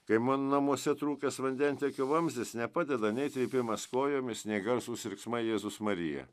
kai man namuose trūkęs vandentiekio vamzdis nepadeda nei trypimas kojomis nei garsūs riksmai jėzus marija